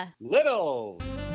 littles